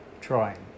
trying